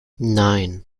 nein